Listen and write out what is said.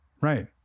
Right